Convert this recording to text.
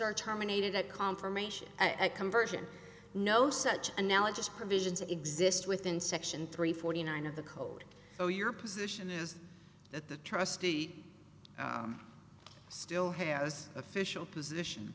are terminated at confirmation a conversion no such analogous provisions exist within section three forty nine of the code so your position is that the trustee still has official position